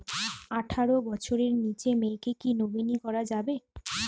আঠারো বছরের নিচে মেয়েকে কী নমিনি করা যাবে?